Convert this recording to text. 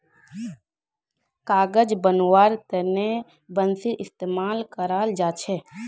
कागज बनव्वार तने बांसेर इस्तमाल कराल जा छेक